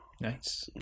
Nice